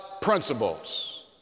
principles